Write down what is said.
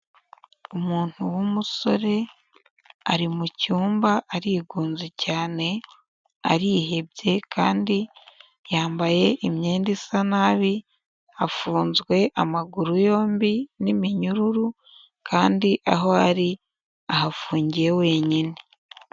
Umuntu w'umusore, ari mu cyumba arigunze cyane, arihebye kandi yambaye imyenda isa nabi, afunzwe amaguru yombi n'iminyururu, kandi aho ari ahafungiye wenyine.